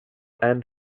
and